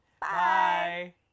Bye